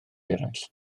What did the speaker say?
eraill